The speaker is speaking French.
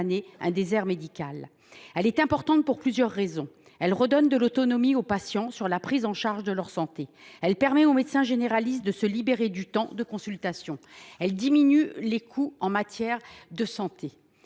un désert médical. Cette collaboration est importante pour plusieurs raisons : elle redonne de l’autonomie aux patients sur la prise en charge de leur santé ; elle permet aux médecins généralistes de libérer du temps de consultation ; elle diminue les coûts en matière de santé.